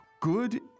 Good